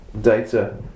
data